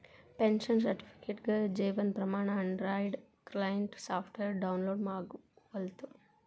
pension ಸರ್ಟಿಫಿಕೇಟ್ಗೆ Jeevan Pramaan Android client software download ಆಗವಲ್ತು